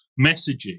messaging